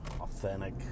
authentic